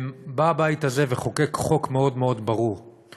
בא הבית הזה וחוקק חוק ברור מאוד מאוד לגבי